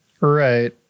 Right